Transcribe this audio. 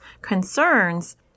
concerns